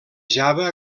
java